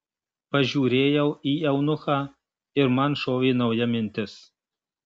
pažiūrėjau į eunuchą ir man šovė nauja mintis